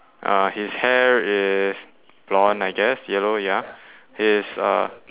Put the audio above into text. uh his hair is blonde I guess yellow ya he's uh